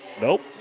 Nope